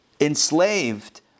enslaved